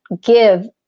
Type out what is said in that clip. give